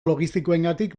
logistikoengatik